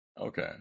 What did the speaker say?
Okay